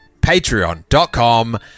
patreon.com